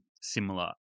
similar